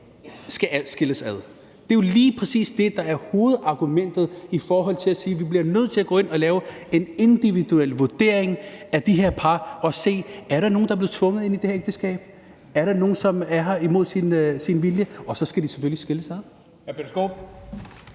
skal skilles ad. Det er jo lige præcis det, der er hovedargumentet for at sige, at vi bliver nødt til at gå ind og lave en individuel vurdering af de her par og se på, om der er nogen, der er blevet tvunget ind i et ægteskab, og om der er nogen, der er her imod deres vilje, og så skal de par selvfølgelig skilles ad.